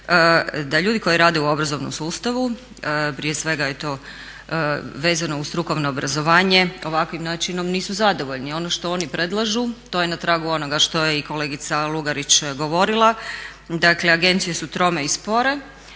da ljudi koji rade u obrazovnom sustavu, prije svega je to vezano uz strukovno obrazovanje, ovakvim načinom nisu zadovoljni. Ono što oni predlažu to je na tragu onoga što je i kolegica Lugarić govorila, dakle agencije su trome i spore